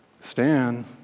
Stan